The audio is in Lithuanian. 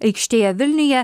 aikštėje vilniuje